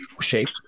shape